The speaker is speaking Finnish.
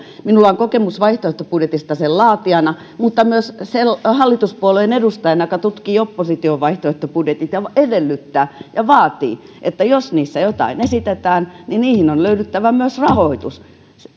minulla on kokemus vaihtoehtobudjetista sen laatijana mutta myös hallituspuolueen edustajana joka tutkii opposition vaihtoehtobudjetit ja edellyttää ja vaatii että jos niissä jotain esitetään niin niihin on löydyttävä myös rahoitus